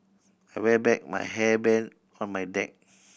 I wear back my hairband on my neck